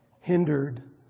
hindered